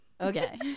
Okay